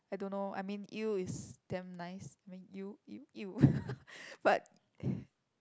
I don't know I mean eel is damn nice I mean eel eel eel but